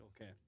okay